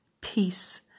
Peace